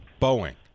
Boeing